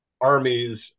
armies